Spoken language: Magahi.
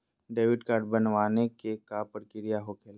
डेबिट कार्ड बनवाने के का प्रक्रिया होखेला?